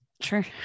Sure